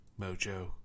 mojo